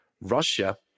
Russia